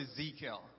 Ezekiel